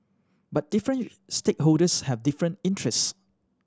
but different stakeholders have different interest